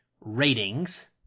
ratings